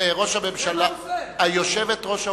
יושבת-ראש האופוזיציה,